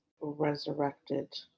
resurrected